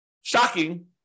shocking